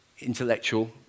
intellectual